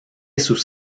sus